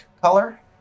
color